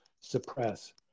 suppress